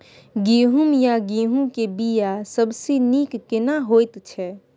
गहूम या गेहूं के बिया सबसे नीक केना होयत छै?